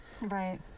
Right